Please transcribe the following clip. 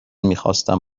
میخواستم